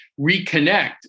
reconnect